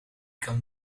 kan